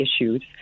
issues